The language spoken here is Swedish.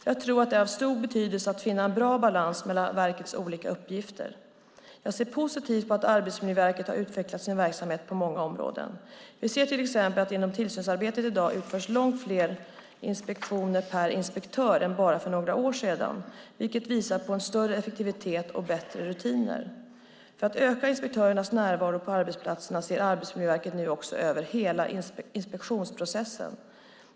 Jag tror att det är av stor betydelse att finna en bra balans mellan verkets olika uppgifter. Jag ser positivt på att Arbetsmiljöverket har utvecklat sin verksamhet på många områden. Vi ser till exempel att det inom tillsynsarbetet i dag utförs långt fler inspektioner per inspektör än för bara några år sedan, vilket visar på en större effektivitet och bättre rutiner. För att öka inspektörernas närvaro på arbetsplatserna ser Arbetsmiljöverket nu också över hela inspektionsprocessen.